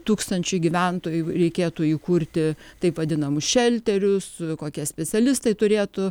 tūkstančių gyventojų reikėtų įkurti taip vadinamus šelterius kokie specialistai turėtų